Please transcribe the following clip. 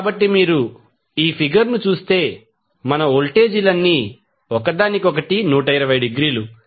కాబట్టి మీరు ఈ ఫిగర్ ను చూస్తే మన వోల్టేజీలన్నీ ఒకదానికొకటి 120 డిగ్రీలు